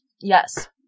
Yes